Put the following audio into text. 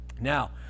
Now